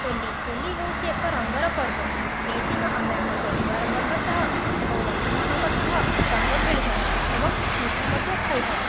ହୋଲି ହୋଲି ହେଉଚି ଏକ ରଙ୍ଗର ପର୍ବ ଏହି ଦିନ ଆମେ ଆମ ପରିବାରବର୍ଗ ସହ ଏବଂ ବନ୍ଧୁମାନଙ୍କ ସହ ରଙ୍ଗ ଖେଳିଥାଉ ଏବଂ ମିଠା ମଧ୍ୟ ଖାଇଥାଉ